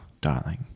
darling